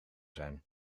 zijn